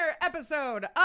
episode